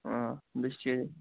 ও বেশ ঠিক আছে